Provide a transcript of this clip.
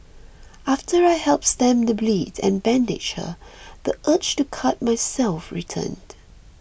after i helped stem the bleed and bandaged her the urge to cut myself returned